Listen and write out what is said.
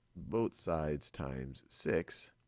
both sides times six.